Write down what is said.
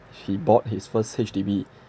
he bought his first H_D_B